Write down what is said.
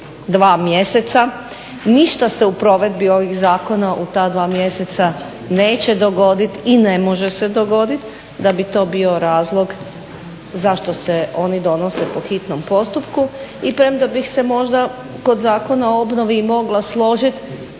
dva mjeseca. Ništa se u provedbi ovih zakona u ta dva mjeseca neće dogodit i ne može se dogodit da bi to bio razlog zašto se oni donose po hitnom postupku. I premda bih se možda kod Zakona o obnovi i mogla složit